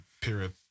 period